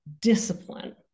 discipline